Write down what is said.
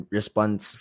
response